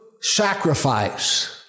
sacrifice